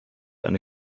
eine